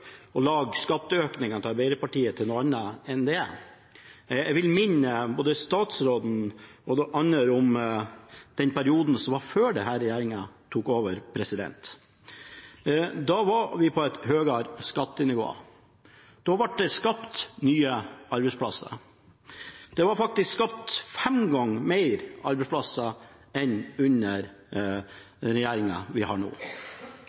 å lage skatteøkningene til Arbeiderpartiet til noe annet enn det det er. Jeg vil minne både statsråden og andre om perioden før denne regjeringen tok over. Da hadde vi et høyere skattenivå. Da ble det skapt nye arbeidsplasser. Det ble faktisk skapt fem ganger flere arbeidsplasser enn under den regjeringen vi har nå.